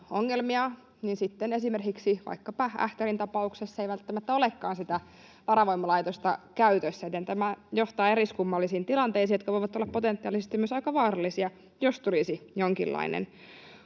ongelmia, niin sitten esimerkiksi vaikkapa Ähtärin tapauksessa ei välttämättä olekaan varavoimalaitosta käytössä, joten tämä johtaa eriskummallisiin tilanteisiin, jotka voivat olla potentiaalisesti myös aika vaarallisia, jos tulisi jonkinlainen